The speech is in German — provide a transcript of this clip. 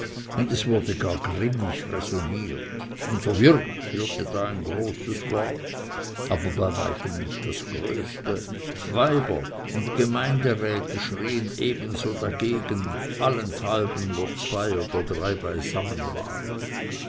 und es wurde gar grimmig räsonniert unser wirt führte da ein großes wort aber bei weitem nicht das größte weiber und gemeindräte schrien eben so sehr dagegen allenthalben wo zwei oder drei beisammen waren